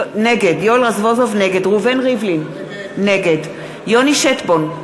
נגד ראובן ריבלין, נגד יוני שטבון,